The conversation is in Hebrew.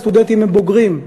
הסטודנטים הם בוגרים,